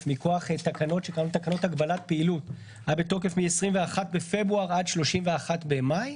מכוח תקנות הגבלת פעילות מ-21 בפברואר עד 31 במאי,